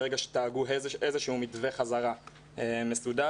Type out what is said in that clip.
ברגע שיהגו איזה מתווה חזרה מסודר,